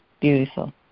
beautiful